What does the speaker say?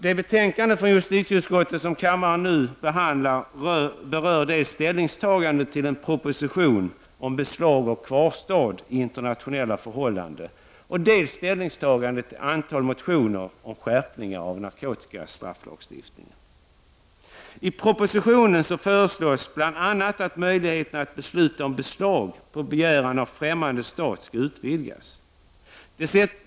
Det betänkande från justititeutskottet som kammaren nu behandlar rör ställningstagande till en proposition om beslag och kvarstad i internationella förhållanden. Det föreligger också ett antal motioner om skärpning av narkotikastrafflagstiftningen, I propositionen föreslås bl.a. att möjligheten att besluta om beslag på begäran av främmande stat skall utvid gas.